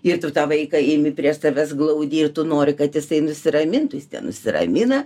ir tu tą vaiką imi prie savęs glaudi ir tu nori kad jisai nusiramintų jis nusiramina